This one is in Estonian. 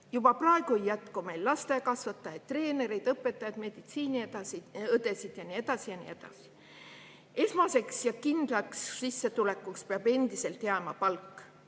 Juba praegu ei jätku meil lastekasvatajaid, treenereid, õpetajaid, meditsiiniõdesid ja nii edasi ja nii edasi. Esmaseks ja kindlaks sissetulekuks peab endiselt jääma palk.